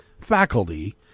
faculty